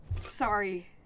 Sorry